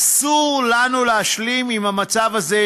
אסור לנו להשלים עם המצב הזה,